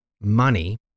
money